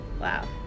Wow